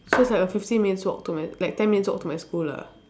so it's like a fifteen minutes walk to my like ten minutes walk to my school lah